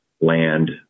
land